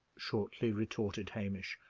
shortly retorted hamish.